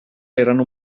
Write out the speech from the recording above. erano